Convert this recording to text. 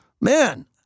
man